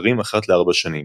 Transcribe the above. נבחרים אחת לארבע שנים.